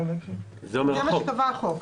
זה מה שקבע החוק.